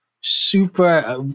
super